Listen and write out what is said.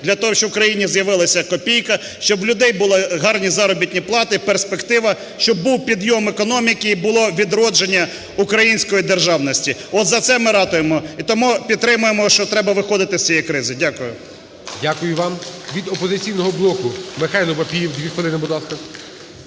для того, щоб в країні з'явилася копійка, щоб в людей були гарні заробітні плати, перспектива, щоб був підйом економіки і було відродження української державності. От за це ми ратуємо і тому підтримуємо, що треба виходити з цієї кризи. Дякую. ГОЛОВУЮЧИЙ. Дякую вам. Від "Опозиційного блоку" Михайло Папієв, 2 хвилини, будь